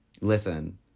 Listen